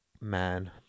man